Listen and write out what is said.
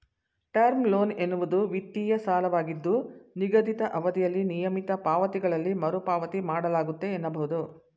term loan ಎನ್ನುವುದು ವಿತ್ತೀಯ ಸಾಲವಾಗಿದ್ದು ನಿಗದಿತ ಅವಧಿಯಲ್ಲಿ ನಿಯಮಿತ ಪಾವತಿಗಳಲ್ಲಿ ಮರುಪಾವತಿ ಮಾಡಲಾಗುತ್ತೆ ಎನ್ನಬಹುದು